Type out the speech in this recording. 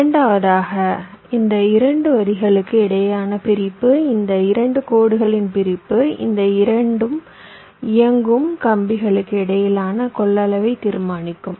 இரண்டாவதாக இந்த 2 வரிகளுக்கு இடையிலான பிரிப்பு இந்த 2 கோடுகளின் பிரிப்பு இந்த 2 இயங்கும் கம்பிகளுக்கு இடையிலான கொள்ளளவை தீர்மானிக்கும்